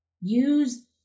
use